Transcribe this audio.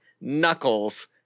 Knuckles